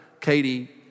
Katie